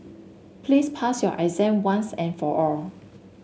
please pass your exam once and for all